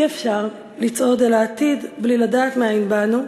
אי-אפשר לצעוד אל העתיד בלי לדעת מאין באנו,